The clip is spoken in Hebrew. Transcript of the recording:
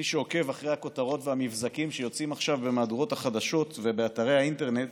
אחרי הכותרות והמבזקים שיוצאים עכשיו במהדורות החדשות ובאתרי האינטרנט